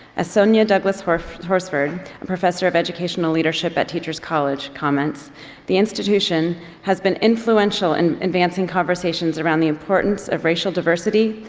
as sonya douglass horsford, a and professor of educational leadership at teachers college comments the institution has been influential in advancing conversations around the importance of racial diversity,